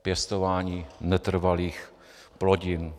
Pěstování netrvalých plodin.